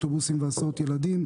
אוטובוסים והסעות ילדים,